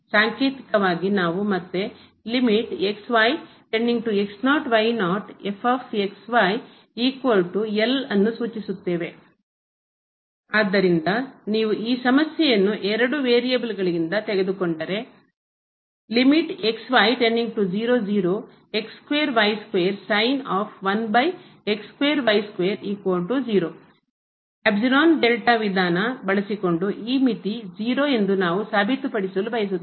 ಸಾಂಕೇತಿಕವಾಗಿ ನಾವು ಮತ್ತೆ ಆದ್ದರಿಂದ ನೀವು ಈ ಸಮಸ್ಯೆಯನ್ನು ಎರಡು ವೇರಿಯಬಲ್ಗಳಿಂದ ತೆಗೆದುಕೊಂಡರೆ ವಿಧಾನ ಬಳಸಿಕೊಂಡು ಈ ಮಿತಿ 0 ಎಂದು ನಾವು ಸಾಬೀತುಪಡಿಸಲು ಬಯಸುತ್ತೇವೆ